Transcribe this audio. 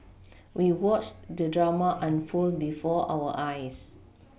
we watched the drama unfold before our eyes